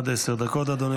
עד עשר דקות לרשותך, אדוני.